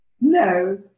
No